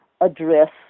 address